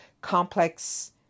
complex